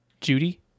Judy